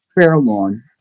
Fairlawn